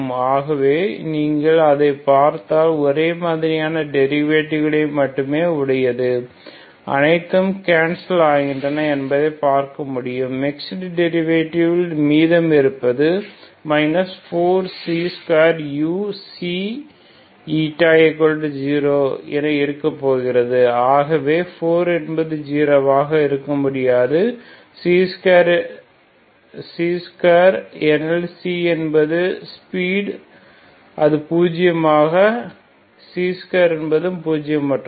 ஆகவே நீங்கள் அதைப் பார்த்தால் ஒரே மாதிரியான டெரிவேட்டிவ் மட்டுமே உடையது அனைத்தும் கேன்சல் ஆகின்றன என்பதை பார்க்க முடியும் மிக்ஸ்டு டெரிவேட்டிவ் மீதம் உள்ளது 4c2uξη0 என இருக்கப்போகிறது ஆகவே 4 என்பது 0 ஆக இருக்காது c2 ஏனெனில் c என்பது வேவ் ஸ்பீட் அது பூஜியமற்றது c2 என்பதும் பூஜியமாற்றது